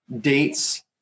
dates